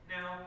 Now